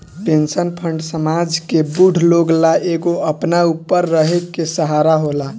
pension fund समाज के बूढ़ लोग ला एगो अपना ऊपर रहे के सहारा होला